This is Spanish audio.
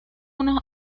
unos